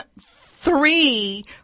three